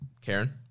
Karen